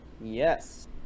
Yes